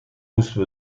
moesten